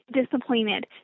disappointed